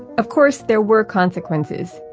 of course, there were consequences.